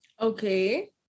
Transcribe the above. Okay